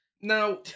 Now